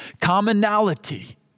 commonality